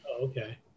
Okay